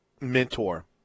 mentor